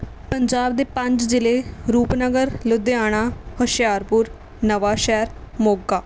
ਪੰਜਾਬ ਦੇ ਪੰਜ ਜ਼ਿਲ੍ਹੇ ਰੂਪਨਗਰ ਲੁਧਿਆਣਾ ਹੁਸ਼ਿਆਰਪੁਰ ਨਵਾਂ ਸ਼ਹਿਰ ਮੋਗਾ